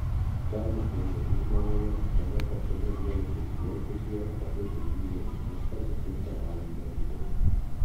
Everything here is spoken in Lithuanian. pernakvoję jūrmaloje tame pačiame lielupės viešbutyje abu sugrįžo į mišką ketvirtą valandą ryto